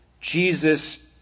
Jesus